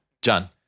John